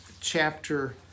chapter